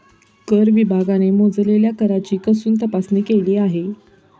कर विभागाने मोजलेल्या कराची कसून तपासणी केली आहे